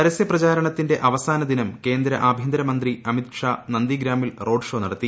പരസ്യ പ്രചാരണത്തിന്റെ അവസാനദിനം കേന്ദ്ര ആഭൃന്തരമന്ത്രി അമിത് ഷാ നന്ദിഗ്രാമിൽ റോഡ് ഷോ നടത്തി